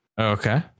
okay